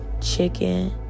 chicken